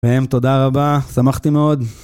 נר תודה רבה, שמחתי מאוד.